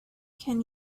can